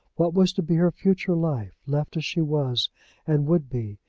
what was to be her future life, left as she was and would be,